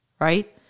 right